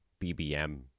BBM